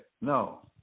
No